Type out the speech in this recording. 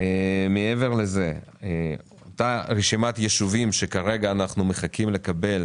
מעבר לזה, אנחנו מחכים לקבל